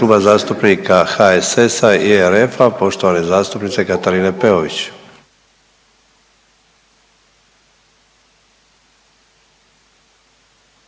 Kluba zastupnika HSS-a i RF-a poštovane zastupnice Katarine Peović.